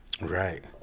Right